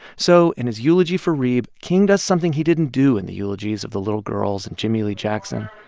so in his eulogy for reeb, king does something he didn't do in the eulogies of the little girls and jimmie lee jackson.